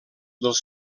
dels